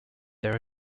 there